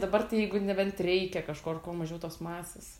dabar tai jeigu nebent reikia kažkur kuo mažiau tos masės